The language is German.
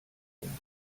diesem